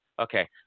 okay